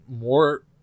more